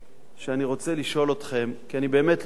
שאני רוצה לשאול אתכם, כי אני באמת לא מבין.